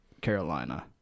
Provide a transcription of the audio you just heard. Carolina